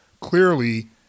clearly